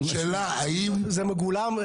זה לא אירוע, נו.